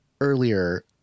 earlier